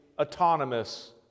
autonomous